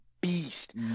beast